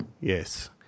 Yes